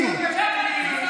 נכון.